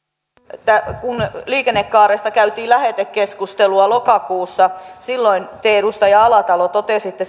puhemies kun liikennekaaresta käytiin lähetekeskustelua lokakuussa silloin te edustaja alatalo totesitte